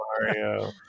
Mario